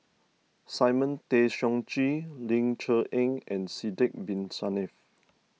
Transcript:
Simon Tay Seong Chee Ling Cher Eng and Sidek Bin Saniff